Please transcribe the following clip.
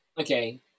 okay